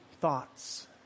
thoughts